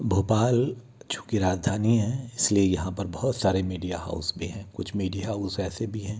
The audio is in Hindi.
भोपाल चूँकि राजधानी है इसलिए यहाँ पर बहुत सारे मीडिया हाउस भी हैं कुछ मीडिया हाउस ऐसे भी हैं